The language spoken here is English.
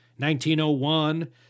1901